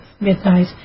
midnight